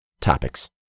topics